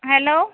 hello